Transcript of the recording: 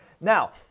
Now